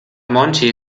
monti